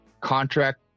Contract